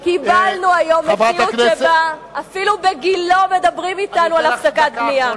ולכן קיבלנו מציאות שבה אפילו בגילה מדברים אתנו על הפסקת בנייה.